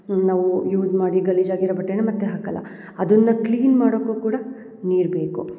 ನಾವು ಯೂಸ್ ಮಾಡಿ ಗಲೀಜು ಆಗಿರೋ ಬಟ್ಟೆನ ಮತ್ತೆ ಹಾಕಲ್ಲ ಅದನ್ನ ಕ್ಲೀನ್ ಮಾಡೋಕು ಕೂಡ ನೀರು ಬೇಕು